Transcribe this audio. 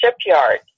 Shipyard